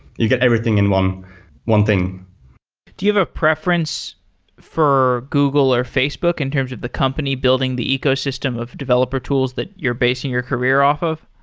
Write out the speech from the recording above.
you get everything in one one thing do you have a preference for google or facebook in terms of the company building the ecosystem of developer tools that you're basing your career off of?